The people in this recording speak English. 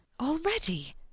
Already